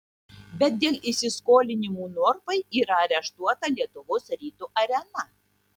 bet dėl įsiskolinimų norfai yra areštuota lietuvos ryto arena